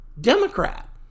Democrat